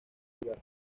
lugar